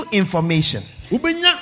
information